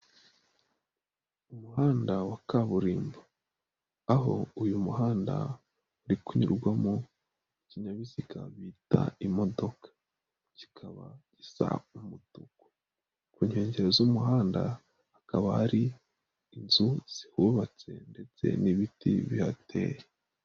Umuhanda wa kaburimbo, aho uyu muhanda uri kunyurwamo ikinyabiziga bita imodoka, ikaba isa umutuku. Ku nkengero z'umuhanda, hakaba hari inzu zihubatse ndetse n'ibiti bihateye.